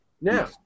Now